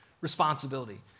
responsibility